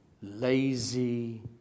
lazy